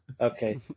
Okay